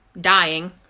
dying